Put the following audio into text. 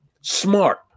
Smart